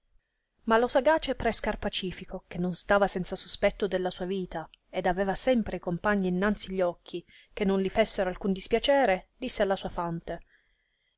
ma lo sagace pre scarpacifico che non stava senza sospetto della sua vita ed aveva sempre i compagni innanzi gli occhi che non li fessero alcuno dispiacere disse alla sua fante